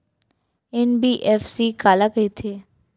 NBFC काला कहिथे?